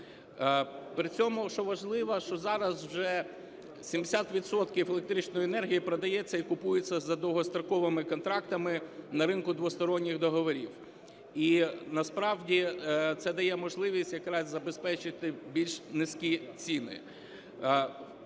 При цьому, що важливо, що зараз вже 70 відсотків електричної енергії продається і купується за довгостроковими контрактами на ринку двосторонніх договорів. І насправді це дає можливість якраз забезпечити більш низькі ціни.